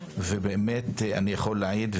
ו באמת אני יכול להעיד,